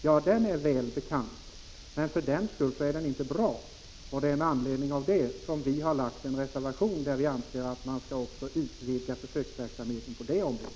Ja, den är välbekant, men för den skull är den inte bra. Det är av den anledningen som vi moderater har avgivit en reservation där vi föreslår att försöksverksamheten skall utvidgas också på det området.